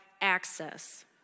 access